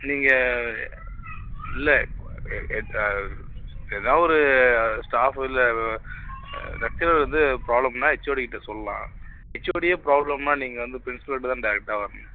நீங்கள் இல்லை எதோ ஒரு ஸ்டாஃப் இல்லை லெக்சரர் வந்து எதாவது பிராப்ளம்னா ஹெச்ஓடி கிட்டே சொல்லலாம் ஹெச்ஓடியே பிராப்ளம்னா நீங்கள் வந்து ப்ரின்ஸிபல்ட்ட தான் டைரெக்டா வரணும்